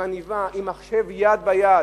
עם עניבה, עם מחשב-יד ביד.